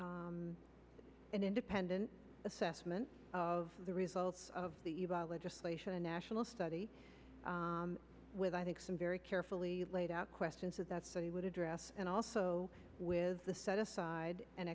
around an independent assessment of the results of the legislation a national study with i think some very carefully laid out questions that that study would address and also with the set aside an